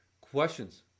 Questions